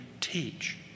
teach